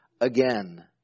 again